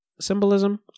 symbolism